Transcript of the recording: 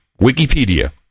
Wikipedia